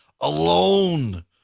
alone